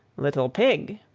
little pig,